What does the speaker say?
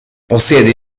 possiede